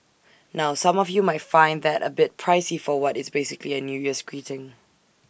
now some of you might find that A bit pricey for what is basically A new year's greeting